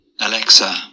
Alexa